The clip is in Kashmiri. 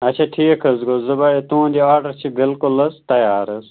اَچھا ٹھیٖک حظ گَو زٕ بجے تُہُنٛد یہِ آرڈَر چھُ بِلکُل حظ تَیار حظ